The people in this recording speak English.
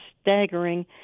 staggering